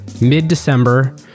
mid-December